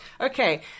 Okay